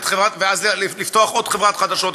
ואז לפתוח עוד חברת חדשות,